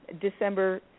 December